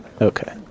Okay